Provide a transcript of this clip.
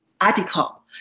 article